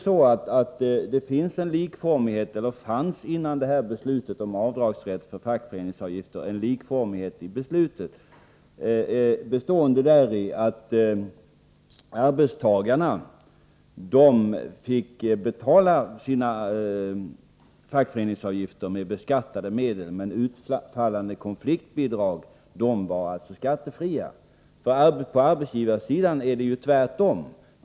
Men före beslutet om avdragsrätt för fackföreningsavgifter fanns det ju en likformighet på den här punkten, bestående däri att arbetstagarna fick betala sin fackföreningsavgift med beskattade medel, men utfallande konfliktbidrag var skattefria. På arbetsgivarsidan är det tvärtom.